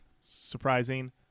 Surprising